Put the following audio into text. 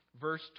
Verse